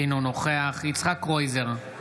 אינו נוכח יצחק קרויזר,